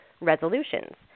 resolutions